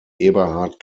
eberhard